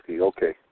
okay